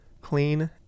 clean